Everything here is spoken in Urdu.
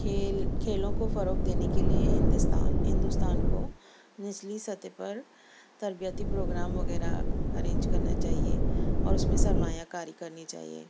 کھیل کھیلوں کو فروغ دینے کے لیے ہندوستان ہندوستان کو نچلی سطح پر تربیتی پروگرام وغیرہ ارینج کرنا چاہیے اور اس میں سرمایہ کاری کرنی چاہیے